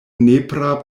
nepra